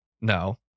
no